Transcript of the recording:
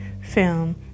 film